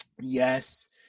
Yes